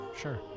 Sure